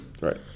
Right